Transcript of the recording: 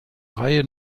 reihe